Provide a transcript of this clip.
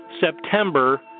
September